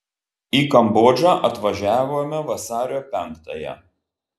į kambodžą atvažiavome vasario penktąją